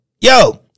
Yo